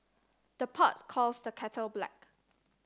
the pot calls the kettle black